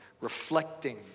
reflecting